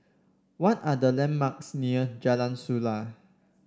what are the landmarks near Jalan Suasa